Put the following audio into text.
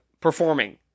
performing